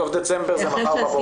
סוף דצמבר זה מחר בבוקר.